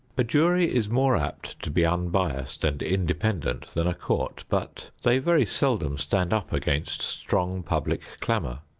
a jury is more apt to be unbiased and independent than a court, but they very seldom stand up against strong public clamor.